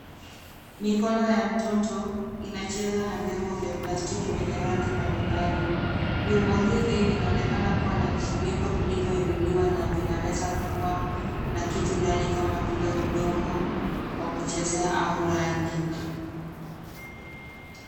Mikono ya mtoto inacheza na vyombo vya plastiki vyenye rangi mbalimbali. Vyombo hivi vinaonekana kuwa na vifuniko vilivyoinuliwa na vinaweza kuwa na kitu ndani kama vile udongo wa kuchezea au rangi.